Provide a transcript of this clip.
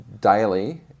daily